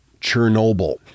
Chernobyl